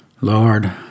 Lord